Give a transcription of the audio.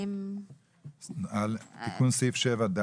סעיף 7ד